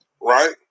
right